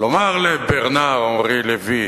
לומר לברנאר אנרי לוי